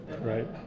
right